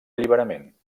alliberament